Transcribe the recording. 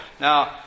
now